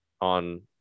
on